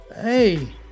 Hey